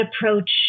approach